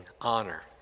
honor